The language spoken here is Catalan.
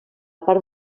part